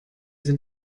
sind